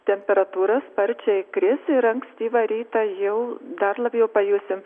temperatūra sparčiai kris ir ankstyvą rytą jau dar labiau pajusim